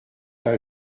pas